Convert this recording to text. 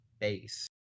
base